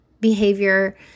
behavior